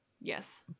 Yes